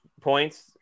points